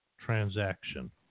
transaction